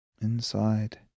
Inside